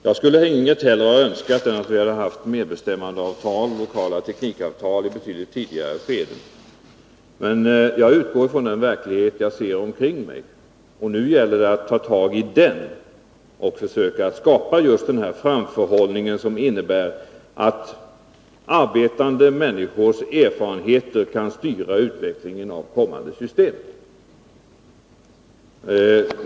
Jag skulle inget hellre önska än att vi haft medbestämmandeavtal och lokala teknikavtal i betydligt tidigare skeden. Men jag utgår från den verklighet jag ser omkring mig, och nu gäller det att ta tag i den och försöka skapa just den här framförhållningen som innebär att arbetande människors erfarenheter kan styra utvecklingen av kommande system.